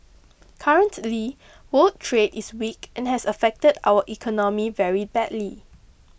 currently world trade is weak and has affected our economy very badly